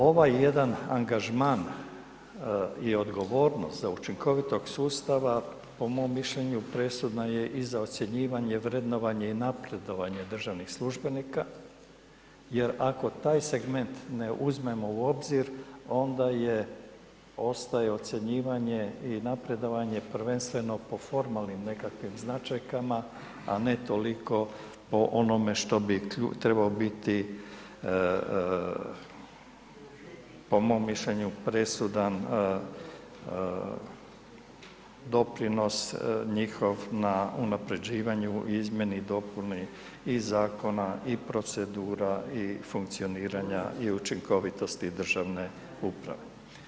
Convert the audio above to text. Ovaj jedan angažman je odgovornost za učinkovitog sustava, po mom mišljenju, presudna je i za ocjenjivanje, vrednovanje i napredovanje državnih službenika jer ako taj segment ne uzmemo u obzir, onda je ostaje ocjenjivanje i napredovanje prvenstveno po formalnim nekakvim značajkama, a ne toliko po onome što bi trebao biti, po mom mišljenju, presudan doprinos njihov na unaprjeđivanju, izmjeni i dopuni i zakona i procedura i funkcioniranja i učinkovitosti državne uprave.